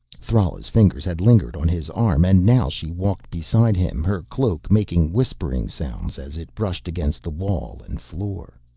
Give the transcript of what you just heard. thrala's fingers had lingered on his arm and now she walked beside him, her cloak making whispering sounds as it brushed against the wall and floor.